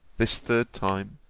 this third time,